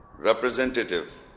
representative